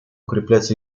укреплять